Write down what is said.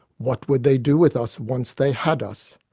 what would they do with us once they had us?